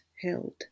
held